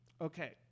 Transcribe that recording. okay